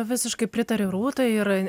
visiškai pritariu rūtai ir